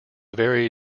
very